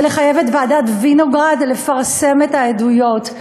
לחייב את ועדת וינוגרד לפרסם את העדויות,